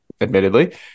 Admittedly